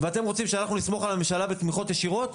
ואתם רוצים שאנחנו נסמוך על הממשלה בתמיכות ישירות?